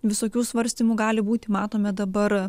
visokių svarstymų gali būti matome dabar